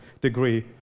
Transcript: degree